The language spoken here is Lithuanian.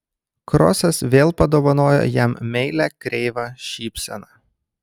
krosas vėl padovanojo jam meilią kreivą šypseną